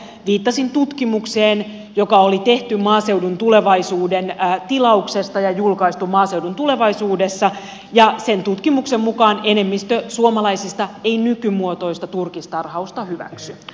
viittasin tutkimukseen joka oli tehty maaseudun tulevaisuuden tilauksesta ja julkaistu maaseudun tulevaisuudessa ja sen tutkimuksen mukaan enemmistö suomalaisista ei nykymuotoista turkistarhausta hyväksy